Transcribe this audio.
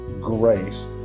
grace